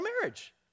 marriage